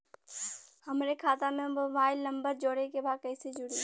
हमारे खाता मे मोबाइल नम्बर जोड़े के बा कैसे जुड़ी?